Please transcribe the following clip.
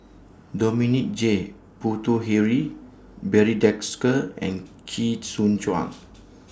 Dominic J Puthucheary Barry Desker and Chee Soon Juan